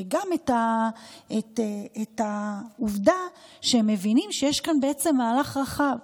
וגם את העובדה שהם מבינים שיש כאן בעצם מהלך רחב,